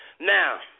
Now